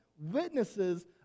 witnesses